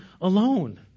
alone